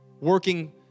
working